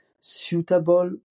suitable